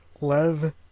Lev